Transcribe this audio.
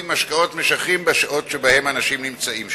משקאות משכרים בשעות שבהן אנשים נמצאים שם.